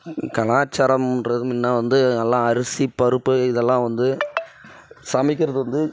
கலாச்சாரம்ன்றது முன்ன வந்து நல்லா அரிசி பருப்பு இதெல்லாம் வந்து சமைக்கிறது வந்து